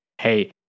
hey